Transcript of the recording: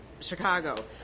Chicago